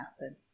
happen